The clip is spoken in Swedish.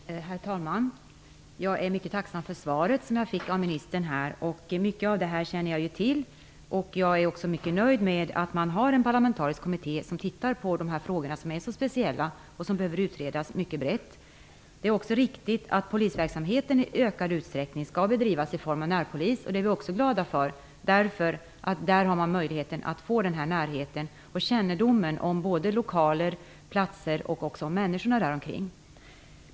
Herr talman! Jag är mycket tacksam för det svar som jag fick av ministern. Mycket av det känner jag till, och jag är också mycket nöjd med att en parlamentarisk kommitté tittar på dessa speciella frågor som behöver utredas mycket brett. Det är också riktigt att polisverksamheten i ökad utsträckning skall bedrivas i form av närpolis, något som vi också är glada för. Man får då möjlighet till både närhet till och kännedom om lokalerna, platserna och människorna däromkring.